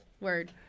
word